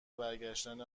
برگشتن